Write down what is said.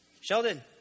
Sheldon